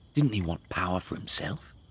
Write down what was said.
didn't he want power for himself?